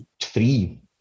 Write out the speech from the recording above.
three